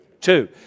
Two